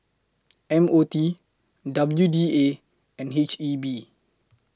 M O T W D A and H E B